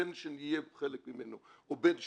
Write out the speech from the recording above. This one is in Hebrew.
בין שנהיה חלק ממנו או בין שלא,